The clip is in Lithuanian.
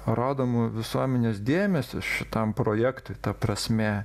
rodomų visuomenės dėmesis šitam projektui ta prasme